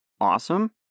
awesome